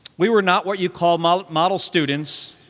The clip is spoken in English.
we were not what you'd call model model students.